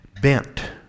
bent